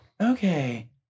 Okay